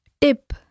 tip